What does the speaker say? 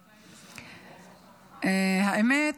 האמת,